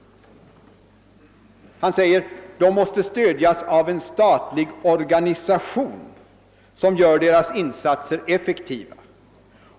Han sade: »De måste stödjas av en statlig organisation, som gör deras insatser effektiva.